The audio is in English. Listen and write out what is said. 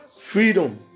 freedom